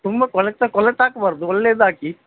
ತುಂಬ ಕೊಳೆತ ಕೊಳೆತ ಹಾಕ್ಬಾರ್ದು ಒಳ್ಳೇದು ಹಾಕಿ